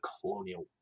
colonial